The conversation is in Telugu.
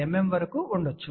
2 mm వరకు ఉండవచ్చు